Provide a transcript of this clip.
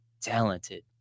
talented